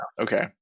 Okay